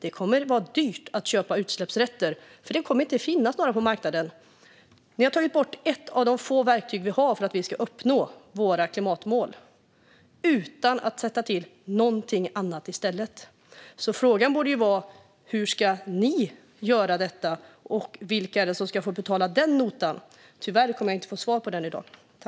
Det kommer att vara dyrt att köpa utsläppsrätter för det kommer inte att finnas några på marknaden. Regeringen har tagit bort ett av de få verktyg som finns för att uppnå klimatmålen, utan att sätta till någonting annat i stället. Frågan borde alltså vara hur regeringen ska lösa detta och vilka som ska betala notan. Tyvärr kommer jag inte att få svar på den frågan i dag.